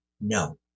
no